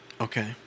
Okay